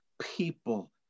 People